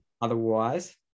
otherwise